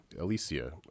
Alicia